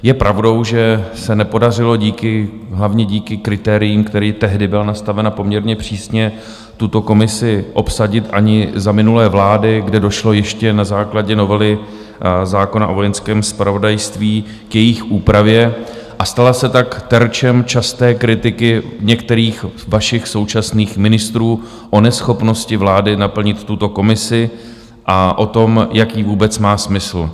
Je pravdou, že se nepodařilo hlavně díky kritériím, která tehdy byla nastavena poměrně přísně tuto komisi obsadit ani za minulé vlády, kde došlo ještě na základě novely zákona o vojenském zpravodajství k jejich úpravě, a stala se tak terčem časté kritiky některých vašich současných ministrů o neschopnosti vlády naplnit tuto komisi a o tom, jaký vůbec má smysl.